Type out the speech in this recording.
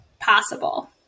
possible